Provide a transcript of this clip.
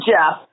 Jeff